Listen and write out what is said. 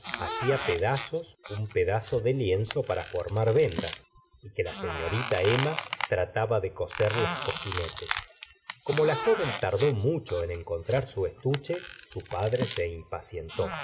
hacía pedazos un pedazo de lienzo para formar vendas y que la señorita emma trataba de coser los cojinetes como la joven tardó mucho en en contrar su estuche su padre se impacientó